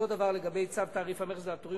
אותו דבר לגבי צו תעריף המכס והפטורים